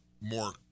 more